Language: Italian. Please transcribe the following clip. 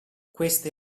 queste